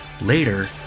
later